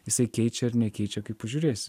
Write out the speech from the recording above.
jisai keičia ir nekeičia kaip pažiūrėsi